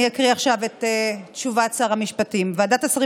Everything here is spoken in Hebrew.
אני אקריא עכשיו את תשובת שר המשפטים: ועדת השרים